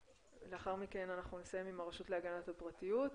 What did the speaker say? לאחר מכן נסיים עם הרשות להגנת הפרטיות ונסכם.